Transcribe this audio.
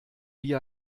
wie